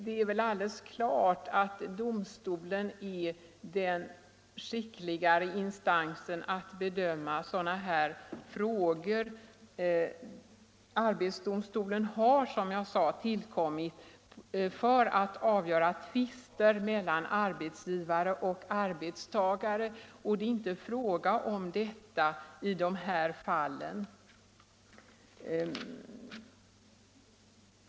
Det är väl alldeles klart att allmän domstol är den naturliga och bästa instansen när det gäller att bedöma sådana här frågor. Arbetsdomstolen har, som jag sade, tillkommit för att avgöra tvister mellan arbetsgivare och arbetstagare, och det är det inte närmast fråga om i de här fallen.